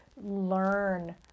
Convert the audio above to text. learn